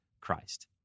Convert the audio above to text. Christ